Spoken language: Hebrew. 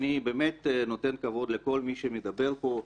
אני נותן כבוד לכל מי שמדבר פה,